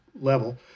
level